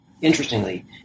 interestingly